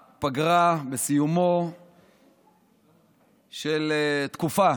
פגרה, בסיומה של תקופה,